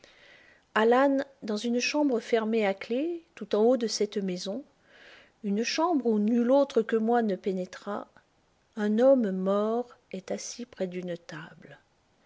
dans une chambre fermée à clef tout en haut de cette maison une chambre où nul autre que moi ne pénétra un homme mort est assis près d'une table